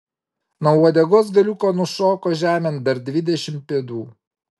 nuo uodegos galiuko nušoko žemėn dar dvidešimt pėdų